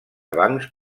bancs